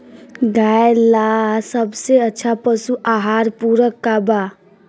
गाय ला सबसे अच्छा पशु आहार पूरक का बा?